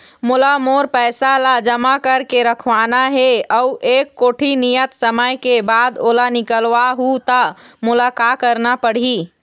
मोला मोर पैसा ला जमा करके रखवाना हे अऊ एक कोठी नियत समय के बाद ओला निकलवा हु ता मोला का करना पड़ही?